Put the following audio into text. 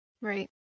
Right